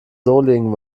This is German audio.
solingen